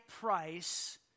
price